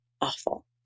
awful